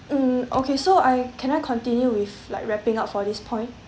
um okay so I can I continue with like wrapping up for this point